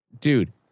dude